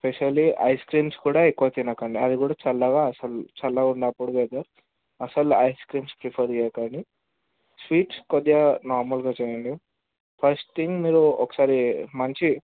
specially ice creams కూడా ఎక్కువ తినకండి అది కూడా చల్లగా అసలు చల్లగా ఉన్నప్పటివి అయితే అసలు ఐస్ క్రీమ్స్ ప్రిఫర్ చేయకండి స్వీట్స్ కొద్దిగా నార్మల్గా తినండి ఫస్ట్ థింగ్ మీరు ఒకసారి మంచి